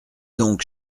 donc